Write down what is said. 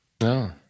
No